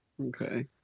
okay